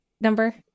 Number